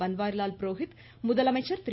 பன்வாரிலால் புரோகித் முதலமைச்சர் திரு